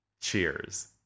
Cheers